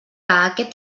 aquest